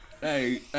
hey